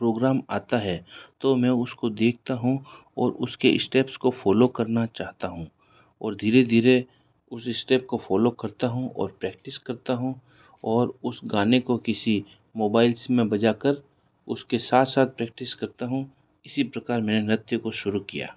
programme आता है तो मैं उसको देखता हूँ और उसके स्टेप्स को फॉलो करना चाहता हूँ और धीरे धीरे उसे स्टेप को फॉलो करता हूँ और प्रैक्टिस करता हूँ और उसे गाने को किसी मोबाइल में बजाकर उसके साथ साथ प्रैक्टिस करता हूँ इसी प्रकार में नृत्य को शुरू किया